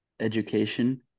education